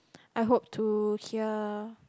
I hope to hear